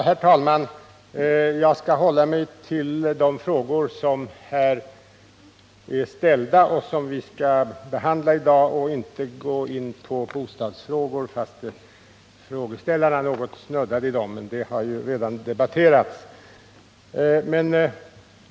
Herr talman! Jag skall hålla mig till de frågor som ställts med anledning av det ärende vi skall behandla i dag. Jag skall alltså inte gå in på bostadsfrågorna, även om frågeställarna något snuddade vid dessa. Bostadsfrågorna har ju redan tidigare debatterats.